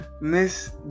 miss